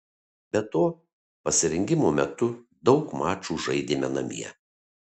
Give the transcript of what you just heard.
be to pasirengimo metu daug mačų žaidėme namie